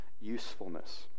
usefulness